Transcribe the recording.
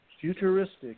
futuristic